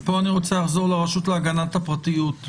אז אני רוצה לחזור לרשות להגנת הפרטיות.